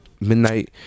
midnight